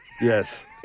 Yes